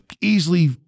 easily